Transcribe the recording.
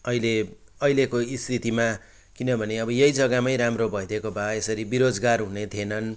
अहिले अहिलेको स्थितिमा किनभने अब यही जग्गामै राम्रो भइदिएको भए यसरी बेरोजगार हुने थिएनन्